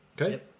Okay